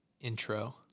intro